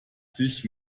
sich